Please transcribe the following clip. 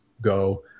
go